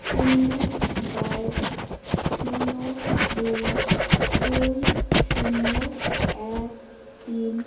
শূন্য ছয় শূন্য দুই দুই শূন্য এক তিন